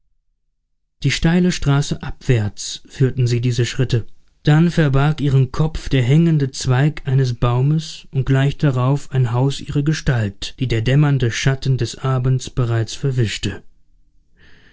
die steile straße abwärts führten sie diese schritte dann verbarg ihren kopf der hängende zweig eines baumes und gleich darauf ein haus ihre gestalt die der dämmernde schatten des abend bereits verwischte